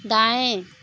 दाएँ